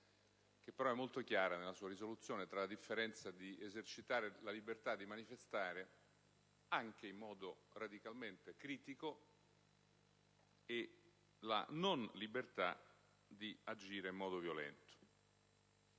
che però è molto chiara nella sua risoluzione, della differenza tra la libertà di manifestare, anche in modo radicalmente critico, e la non libertà di agire in modo violento.